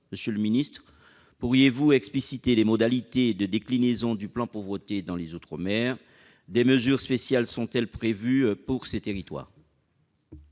Monsieur le secrétaire d'État, pourriez-vous expliciter les modalités de déclinaison du plan Pauvreté dans les outre-mer ? Des mesures spéciales sont-elles prévues pour ces territoires ?